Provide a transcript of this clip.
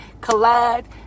collide